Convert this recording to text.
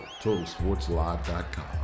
totalsportslive.com